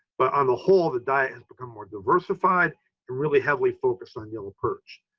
but on the whole, the diet has become more diversified. it really heavily focused on yellow perch.